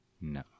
No